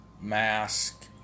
mask